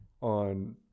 on